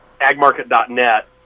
agmarket.net